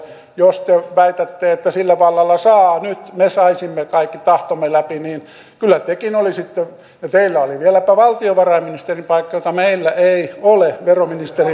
jos te väitätte että sillä vallalla me saisimme nyt kaikki tahtomme läpi niin kyllä tekin olisitte saanut ja teillä oli vieläpä valtiovarainministerin paikka jota meillä ei ole veroministerin paikka